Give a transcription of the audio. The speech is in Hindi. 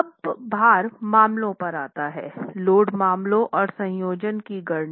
अब भार मामलों पर आते हैं लोड मामलों और संयोजनों की गणना